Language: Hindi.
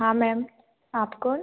हाँ मैम आप कौन